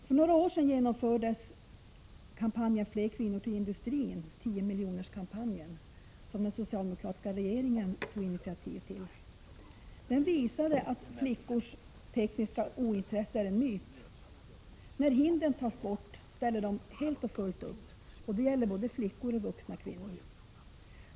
För några år sedan genomfördes kampanjen Fler kvinnor till industrin, 10-miljonerskampanjen, som den socialdemokratiska regeringen tog initiativ till. Den visade att flickors tekniska ointresse är en myt. När hindren tas bort ställer de helt och fullt upp, och det gäller både flickor och vuxna kvinnor.